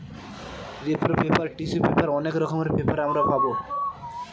রিপ্র paper, tissue paper অনেক রকমের পেপার আমরা পাবো